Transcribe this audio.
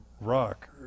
rock